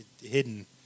hidden